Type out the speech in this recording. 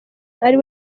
ari